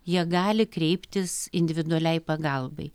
jie gali kreiptis individualiai pagalbai